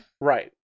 Right